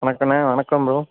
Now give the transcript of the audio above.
வணக்கண்ணே வணக்கம் ப்ரோ